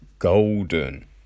Golden